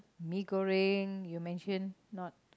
mee-goreng you mention not